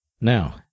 Now